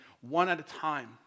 one-at-a-time